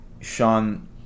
Sean